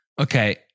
Okay